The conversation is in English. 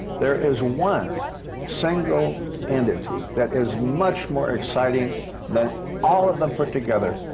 there is one single entity that is much more exciting that all of them put together,